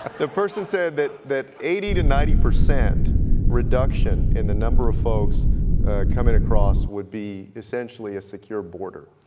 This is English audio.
the person said that that eighty to ninety percent reduction in the number of folks coming across would be essentially a secure border.